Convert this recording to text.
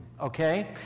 okay